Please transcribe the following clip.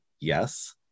Yes